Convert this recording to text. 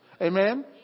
Amen